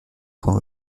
point